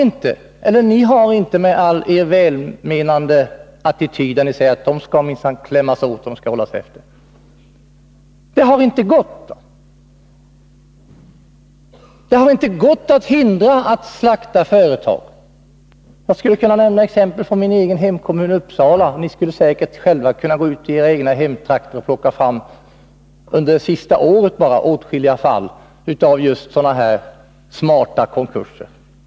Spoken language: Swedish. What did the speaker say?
Ni har inte med er välmenande attityd, att ekonomiska brottslingar minsann skall klämmas åt och hållas efter, kunnat klara av problemen. Det har inte gått att hindra att företag slaktas. Jag skulle kunna nämna exempel från min egen hemkommun, Uppsala, och ni skulle säkert själva kunna gå ut i era egna hemtrakter och plocka fram åtskilliga fall av sådana här smarta konkurser bara under det senaste året.